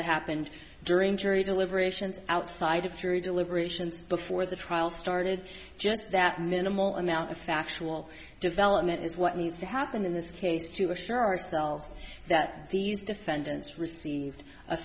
that happened during jury deliberations outside of true deliberations before the trial started just that minimal amount of factual development is what needs to happen in this case to assure ourselves that these defendants received a